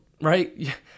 right